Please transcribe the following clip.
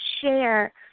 share